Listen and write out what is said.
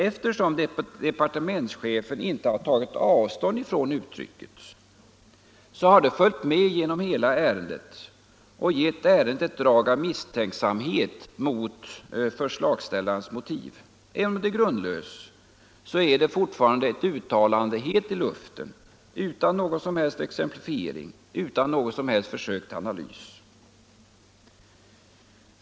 Eftersom departementschefen inte har tagit avstånd från uttrycket, så har det följt med genom hela ärendet och gett det ett drag av misstänksamhet mot förslagsställarens motiv. Även om det är grundlöst är det fortfarande ett uttalande helt i luften utan någon som helst exemplifiering eller försök till analys.